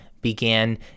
began